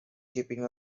keeping